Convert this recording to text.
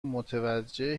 متوجه